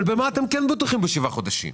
במה אתם כן בטוחים בשבעה חודשים?